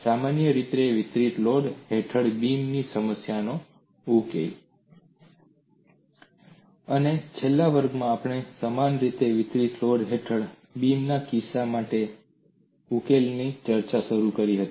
સમાન રીતે વિતરિત લોડ હેઠળ બીમની સમસ્યાનો ઉકેલ અને છેલ્લા વર્ગમાં આપણે સમાન રીતે વિતરિત લોડ હેઠળ બીમના કિસ્સો માટે ઉકેલની ચર્ચા શરૂ કરી હતી